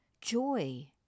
joy